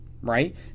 right